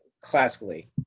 classically